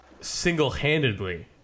single-handedly